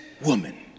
woman